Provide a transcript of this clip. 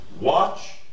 watch